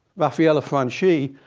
rafaella franci.